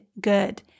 good